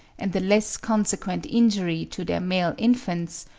and the less consequent injury to their male infants,